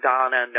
Donna